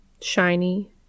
Shiny